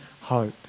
hope